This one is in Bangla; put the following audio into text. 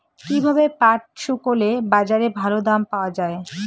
কীভাবে পাট শুকোলে বাজারে ভালো দাম পাওয়া য়ায়?